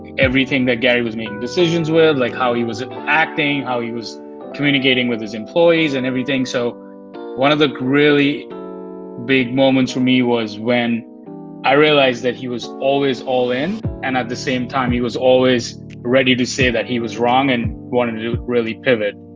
everything that gary was making decisions with, like how he was acting, how he was communicating with his employees and everything. so one of the really big moments for me was when i realized that he was always all in and at the same time, he was always ready to say that he was wrong and wanting to do really pivot.